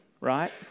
right